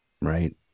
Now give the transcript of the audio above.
Right